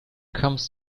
comes